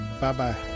bye-bye